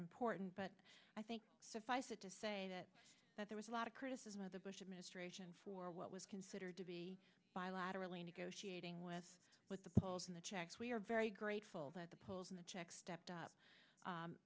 important but i think suffice it to say that that there was a lot of criticism of the bush administration for what was considered to be bilaterally negotiating with what the polls in the czechs we're very grateful that the polls in the czech stepped up